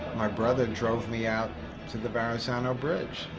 my brother drove me out to the verrazano bridge,